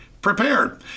prepared